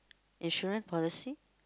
insurance policy